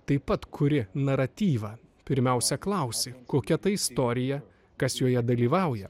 taip pat kuri naratyvą pirmiausia klausi kokia ta istorija kas joje dalyvauja